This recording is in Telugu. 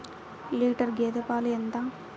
లీటర్ గేదె పాలు ఎంత?